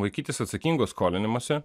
laikytis atsakingo skolinimosi